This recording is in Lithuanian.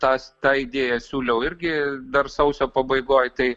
tas tą idėją siūliau irgi dar sausio pabaigoj tai